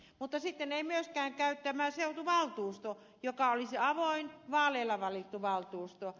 mutta sitten ei myöskään käy tämä seutuvaltuusto joka olisi avoin vaaleilla valittu valtuusto